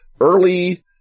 early